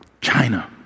China